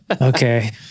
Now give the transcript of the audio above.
Okay